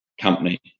company